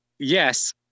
yes